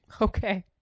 Okay